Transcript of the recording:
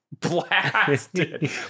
blasted